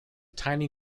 tiny